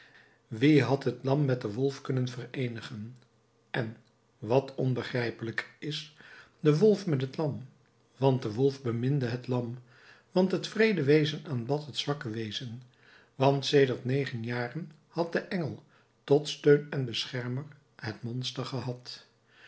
wie had het lam met den wolf kunnen vereenigen en wat onbegrijpelijker is den wolf met het lam want de wolf beminde het lam want het wreede wezen aanbad het zwakke wezen want sedert negen jaren had de engel tot steun en beschermer het monster gehad